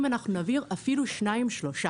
אם אנחנו נעביר אפילו שניים-שלושה,